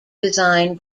design